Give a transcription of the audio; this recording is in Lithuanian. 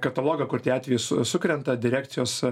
katalogą kur tie atvejai su sukrenta direkcijos